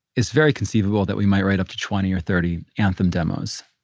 it's very conceivable that we might write up to twenty or thirty anthem demos.